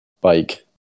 bike